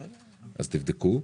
אז תבדקו.